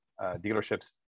dealerships